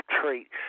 trait